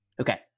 Okay